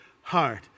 heart